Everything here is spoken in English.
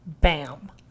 bam